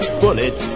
bullet